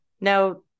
now